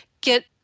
get